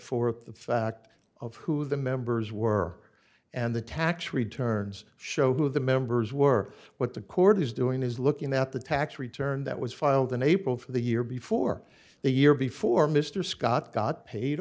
forth the fact of who the members were and the tax returns show who the members were what the court is doing is looking at the tax return that was filed in april for the year before the year before mr scott got paid